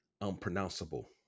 unpronounceable